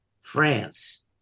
France